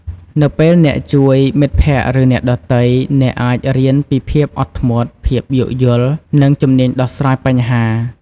នៅពេលអ្នកជួយមិត្តភក្ដិ ឬអ្នកដទៃ អ្នកអាចរៀនពីភាពអត់ធ្មត់ ភាពយោគយល់ និងជំនាញដោះស្រាយបញ្ហា។